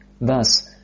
Thus